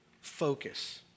Focus